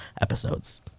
episodes